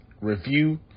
review